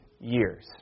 years